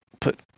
Put